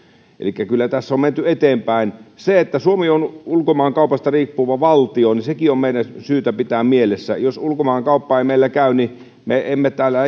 elikkä kyllä tässä on on menty eteenpäin sekin että suomi on ulkomaankaupasta riippuvainen valtio on meidän syytä pitää mielessämme jos ulkomaankauppa ei meillä käy me emme täällä